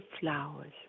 flowers